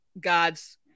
God's